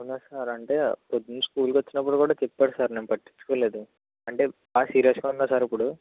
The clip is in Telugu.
అవునా సార్ అంటే పొద్దున్న స్కూల్కి వచ్చినప్పుడు కూడా చెప్పాడు సార్ నేను పట్టించుకోలేదు అంటే బా సీరియస్గా ఉందా సార్ ఇప్పుడు